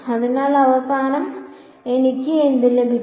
അതിനാൽ അവസാനം എനിക്ക് എന്ത് ലഭിക്കും